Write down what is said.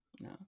No